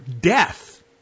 death